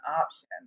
option